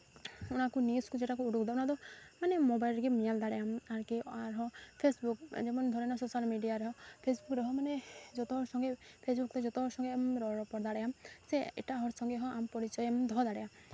ᱚᱱᱟ ᱠᱚ ᱱᱤᱭᱩᱥ ᱠᱚ ᱡᱮᱴᱟ ᱠᱚ ᱩᱰᱩᱠ ᱮᱫᱟ ᱚᱱᱟᱫᱚ ᱢᱟᱱᱮ ᱢᱳᱵᱟᱭᱤᱞ ᱨᱮᱜᱮᱢ ᱧᱮᱞ ᱫᱟᱲᱮᱭᱟᱜᱼᱟᱢ ᱟᱨᱠᱤ ᱟᱨᱦᱚᱸ ᱯᱷᱮᱥᱵᱩᱠ ᱡᱮᱢᱚᱱ ᱫᱷᱚᱨᱮ ᱱᱟᱣ ᱥᱳᱥᱟᱞ ᱢᱮᱰᱤᱭᱟ ᱨᱮᱦᱚᱸ ᱯᱷᱮᱥᱵᱩᱠ ᱨᱮᱦᱚᱸ ᱢᱟᱱᱮ ᱡᱚᱛᱚ ᱦᱚᱲ ᱥᱚᱸᱜᱮ ᱯᱷᱮᱥᱵᱩᱠ ᱛᱮ ᱡᱚᱛᱚ ᱦᱚᱲ ᱥᱚᱸᱜᱮᱜ ᱮᱢ ᱨᱚᱲ ᱨᱚᱯᱚᱲ ᱫᱟᱲᱮᱭᱟᱜ ᱟᱢ ᱥᱮ ᱮᱴᱟᱜ ᱦᱚᱲ ᱥᱚᱸᱜᱮ ᱦᱚᱸ ᱟᱢ ᱯᱚᱨᱤᱪᱚᱭ ᱮᱢ ᱫᱚᱦᱚ ᱫᱟᱲᱮᱭᱟᱜᱼᱟ